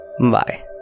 Bye